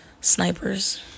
snipers